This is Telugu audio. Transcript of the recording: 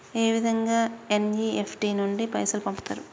ఏ విధంగా ఎన్.ఇ.ఎఫ్.టి నుండి పైసలు పంపుతరు?